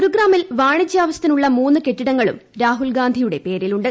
ഗുരുശ്രാമിൽ വാണിജ്യാവശ്യത്തിനുള്ള മൂന്നു കെട്ടിടങ്ങളും രാഹുൽ ഗാന്ധിയുടെ പേരിലുണ്ട്